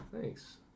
thanks